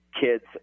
kids